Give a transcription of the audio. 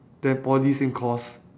then poly same course